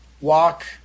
walk